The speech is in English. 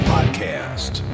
Podcast